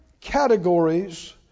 categories